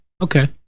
Okay